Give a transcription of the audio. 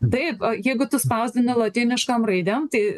taip o jeigu tu spausdini lotyniškom raidėm tai